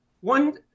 One